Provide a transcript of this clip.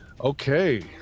Okay